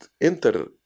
enter